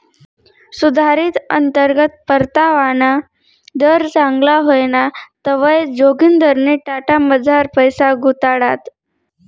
सुधारित अंतर्गत परतावाना दर चांगला व्हयना तवंय जोगिंदरनी टाटामझार पैसा गुताडात